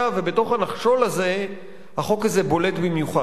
ובתוך הנחשול הזה החוק הזה בולט במיוחד.